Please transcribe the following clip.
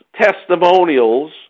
testimonials